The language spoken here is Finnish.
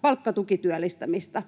palkkatukityöllistämistä.